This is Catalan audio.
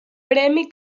premi